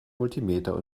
multimeter